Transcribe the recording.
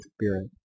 Spirit